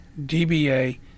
DBA